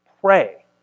Pray